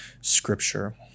scripture